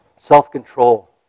Self-control